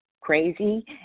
crazy